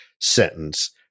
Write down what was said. sentence